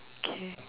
K